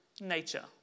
nature